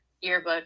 yearbook